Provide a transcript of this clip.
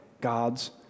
God's